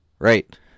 Right